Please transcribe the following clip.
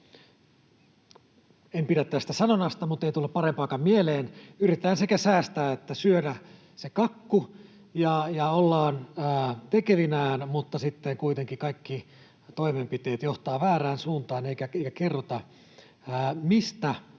en pidä tästä sanonnasta, mutta ei tullut parempaankaan mieleen — sekä säästää että syödä se kakku ja ollaan tekevinään, mutta sitten kuitenkin kaikki toimenpiteet johtavat väärään suuntaan. Ei kerrota, mistä